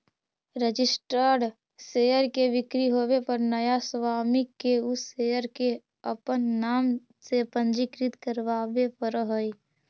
registered share के बिक्री होवे पर नया स्वामी के उ शेयर के अपन नाम से पंजीकृत करवावे पड़ऽ हइ